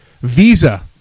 visa